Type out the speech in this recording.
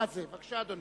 בבקשה, אדוני.